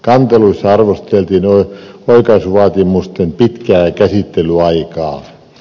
kanteluissa arvosteltiin oikaisuvaatimusten pitkää käsittelyaikaa